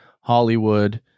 Hollywood